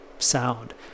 sound